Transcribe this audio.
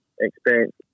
experience